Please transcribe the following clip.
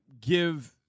give